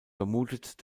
vermutet